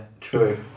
true